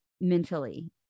mentally